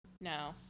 No